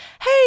hey